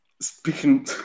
speaking